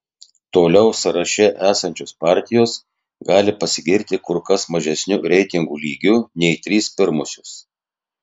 toliau sąraše esančios partijos gali pasigirti kur kas mažesniu reitingų lygiu nei trys pirmosios